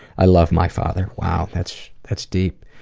i love my father. wow, that's that's deep.